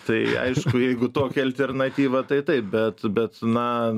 tai aišku jeigu tokia alternatyva tai taip bet bet na